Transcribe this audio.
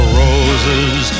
roses